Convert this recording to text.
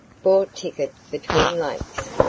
bought ticket for twin lakes.